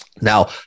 Now